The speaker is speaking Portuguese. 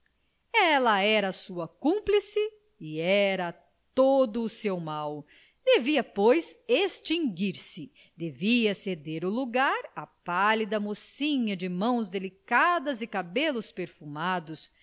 ela era a sua cúmplice e era todo seu mal devia pois extinguir-se devia ceder o lagar à pálida mocinha de mãos delicadas e cabelos perfumados